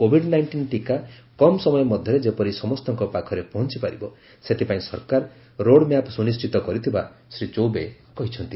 Covid nineteen ଟିକା କମ୍ ସମୟ ମଧ୍ୟରେ ଯେପରି ସମସ୍ତଙ୍କ ପାଖରେ ପହଞ୍ଚ ପାରିବ ସେଥିପାଇଁ ସରକାର ରୋଡ୍ମ୍ୟାପ୍ ସୁନିଶ୍ଚିତ କରିଥିବା ଶ୍ରୀ ଚୌବେ କହିଛନ୍ତି